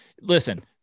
Listen